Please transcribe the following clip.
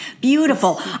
Beautiful